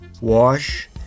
wash